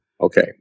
okay